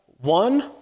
one